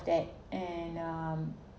that and um